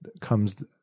comes